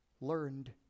learned